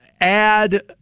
add